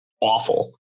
awful